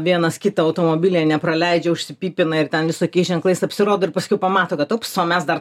vienas kito automobilyje nepraleidžiaužsipypina ir ten visokiais ženklais apsirodo ir paskiau pamato kad ups o mes dar